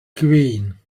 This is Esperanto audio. kvin